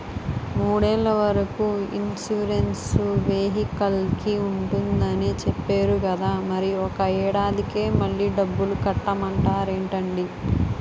మూడేళ్ల వరకు ఇన్సురెన్సు వెహికల్కి ఉంటుందని చెప్పేరు కదా మరి ఒక్క ఏడాదికే మళ్ళి డబ్బులు కట్టమంటారేంటండీ?